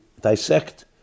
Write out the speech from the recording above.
dissect